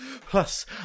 Plus